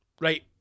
Right